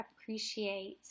appreciate